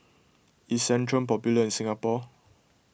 is Centrum popular in Singapore